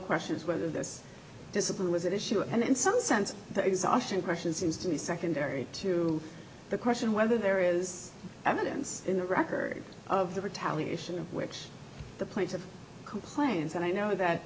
question is whether this discipline is an issue and in some sense the exhaustion question seems to be secondary to the question whether there is evidence in the record of the retaliation in which the place of complaints and i know that